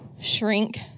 shrink